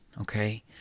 okay